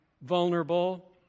vulnerable